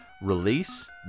release